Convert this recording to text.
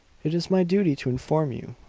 it is my duty to inform you,